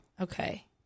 okay